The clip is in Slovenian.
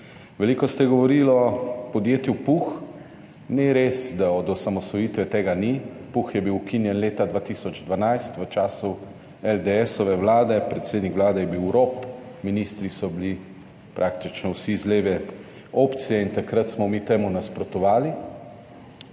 Veliko ste govorili o podjetju PUH. Ni res, da od osamosvojitve tega ni. PUH je bil ukinjen leta 2012 v času LDS vlade, predsednik vlade je bil Rop, ministri so bili praktično vsi iz leve opcije in takrat smo mi temu nasprotovali.